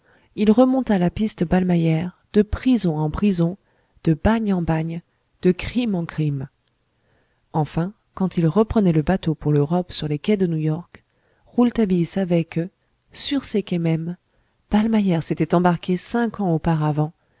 il remonta la piste ballmeyer de prison en prison de bagne en bagne de crime en crime enfin quand il reprenait le bateau pour l'europe sur les quais de newyork rouletabille savait que sur ces quais mêmes ballmeyer s'était embarqué cinq ans auparavant